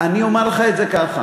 אני אומר לך את זה ככה: